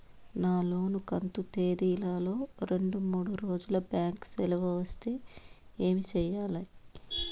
నా లోను కంతు తేదీల లో రెండు మూడు రోజులు బ్యాంకు సెలవులు వస్తే ఏమి సెయ్యాలి?